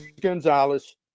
Gonzalez